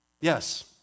Yes